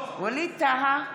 ווליד טאהא,